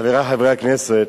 חברי חברי הכנסת,